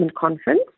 conference